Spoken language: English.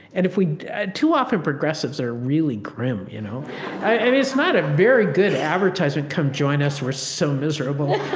and if we too often, progressives are really grim. you know i mean, it's not a very good advertisement. come join us. we're so miserable.